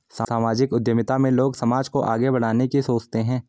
सामाजिक उद्यमिता में लोग समाज को आगे बढ़ाने की सोचते हैं